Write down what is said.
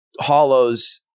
Hollows